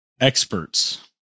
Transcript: experts